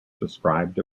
described